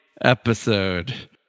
episode